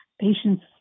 Patients